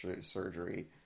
surgery